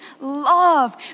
love